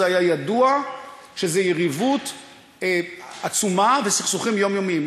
זה היה ידוע שזו יריבות עצומה וסכסוכים יומיומיים.